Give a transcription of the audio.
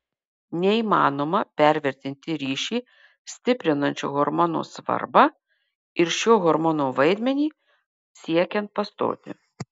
neįmanoma pervertinti ryšį stiprinančio hormono svarbą ir šio hormono vaidmenį siekiant pastoti